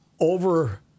over